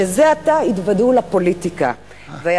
שזה